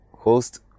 host